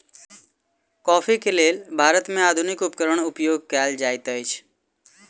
coffee के लेल भारत में आधुनिक उपकरण उपयोग कएल जाइत अछि